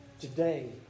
today